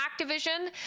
activision